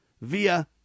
via